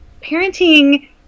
parenting